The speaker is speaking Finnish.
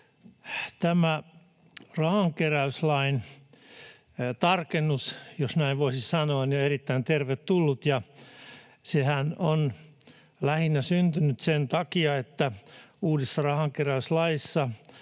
Tämä rahankeräyslain tarkennus, jos näin voisi sanoa, on erittäin tervetullut. Sehän on syntynyt lähinnä sen takia, että uudesta rahankeräyslaista